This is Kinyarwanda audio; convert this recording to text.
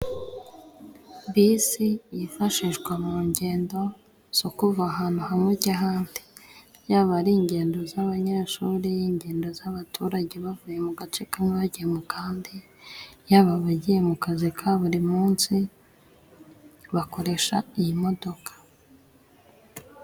Bisi yifashishwa mu ngendo zo kuva ahantu hamwe ujyahandi. Yaba ari ingendo z'abanyeshuri, ingendo z'abaturage, bavuye mu gace kamwe bagiye mu kandi. Yaba bagiye mu kazi ka buri munsi bakoresha iyi modoka.